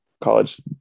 college